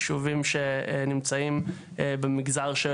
יישובים שנמצאים במגזר,